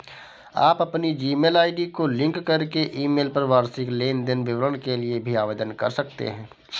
आप अपनी Gmail ID को लिंक करके ईमेल पर वार्षिक लेन देन विवरण के लिए भी आवेदन कर सकते हैं